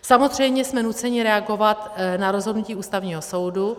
Samozřejmě jsme nuceni reagovat na rozhodnutí Ústavního soudu.